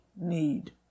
need